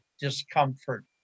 discomfort